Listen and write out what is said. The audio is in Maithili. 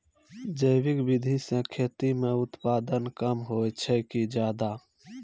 जैविक विधि से खेती म उत्पादन कम होय छै कि ज्यादा?